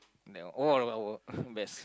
oh best